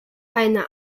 eine